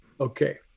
Okay